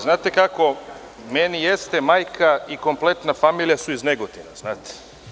Znate kako, meni jesu majka i kompletna familija iz Negotina.